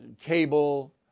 cable